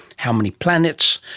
how many planets,